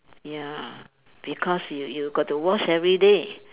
ya because you you got to wash everyday